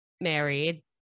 married